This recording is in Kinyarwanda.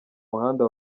muhanda